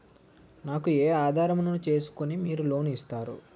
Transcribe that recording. నాకు ఏ ఆధారం ను చూస్కుని మీరు లోన్ ఇస్తారు?